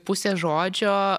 pusės žodžio